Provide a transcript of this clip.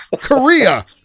Korea